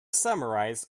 summarize